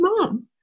mom